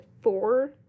four